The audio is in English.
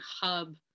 hub